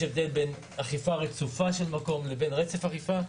יש הבדל בין אכיפה רצופה של מקום לבין רצף אכיפה.